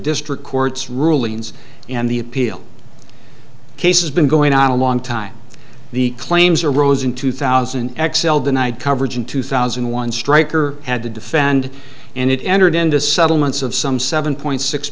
district court's rulings and the appeal case has been going on a long time the claims arose in two thousand xcel denied coverage in two thousand and one stryker had to defend and it entered into settlements of some seven point six